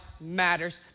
matters